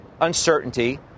uncertainty